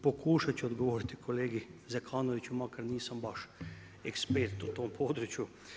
Pokušat ću odgovoriti kolegi Zekanoviću makar nisam baš ekspert u tom području.